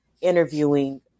interviewing